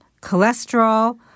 cholesterol